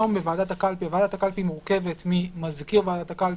ועדת הקלפי מורכבת ממזכיר ועדת הקלפי,